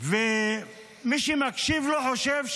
מי שמקשיב לו חושב: